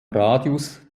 radius